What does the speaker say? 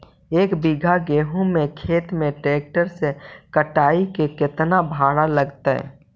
एक बिघा गेहूं के खेत के ट्रैक्टर से कटाई के केतना भाड़ा लगतै?